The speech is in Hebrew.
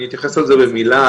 אני אתייחס לזה במילה,